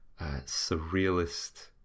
surrealist